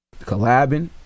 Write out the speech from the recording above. collabing